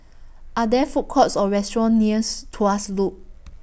Are There Food Courts Or restaurants nears Tuas Loop